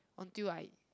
until I